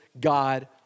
God